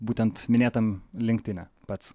būtent minėtam linkdine pats